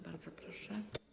Bardzo proszę.